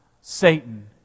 Satan